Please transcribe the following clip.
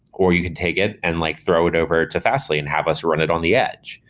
or you can take it and like throw it over to fastly and have us run it on the edge.